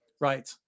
right